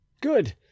Good